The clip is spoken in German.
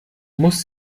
muss